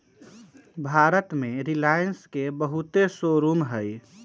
भारत में रिलाएंस के बहुते शोरूम हई